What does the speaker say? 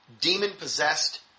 demon-possessed